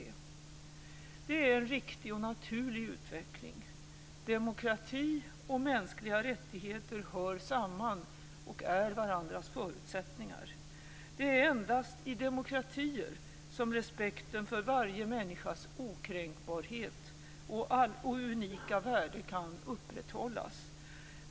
Det är en riktig och naturlig utveckling. Demokrati och mänskliga rättigheter hör samman och är varandras förutsättningar. Det är endast i demokratier som respekten för varje människas okränkbarhet och unika värde kan upprätthållas.